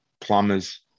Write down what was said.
plumbers